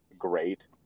great